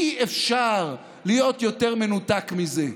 אי-אפשר להיות יותר מנותק מזה.